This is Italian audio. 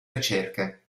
ricerche